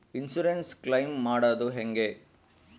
Insurance claim ಮಾಡದು ಹೆಂಗೆ?